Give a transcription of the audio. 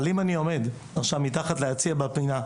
אבל אם אני עומד עכשיו מתחת ליציע בפינה,